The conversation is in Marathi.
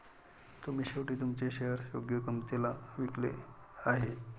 तुम्ही शेवटी तुमचे शेअर्स योग्य किंमतीला विकले आहेत